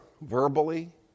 verbally